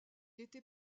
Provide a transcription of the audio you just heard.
était